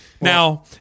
Now